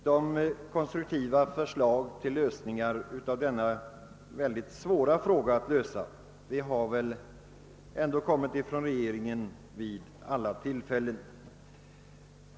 De konstruktiva förslagen till lösningar av det svåra problem det här gäller har vid alla tillfällen lagts fram av regeringen.